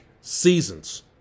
seasons